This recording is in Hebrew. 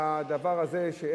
הדבר הזה,